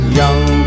young